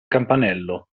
campanello